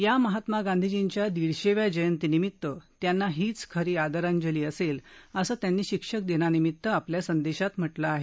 या महात्मा गांधीजींच्या दिडशेव्या जयंती निमित्त त्यांना हीच खरी आंदराजली असेल असं त्यांनी शिक्षक दिनानिमित्त आपल्या संदेशात म्हटलं आहे